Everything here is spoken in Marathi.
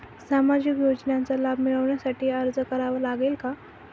सामाजिक योजनांचा लाभ मिळविण्यासाठी अर्ज करावा लागेल का?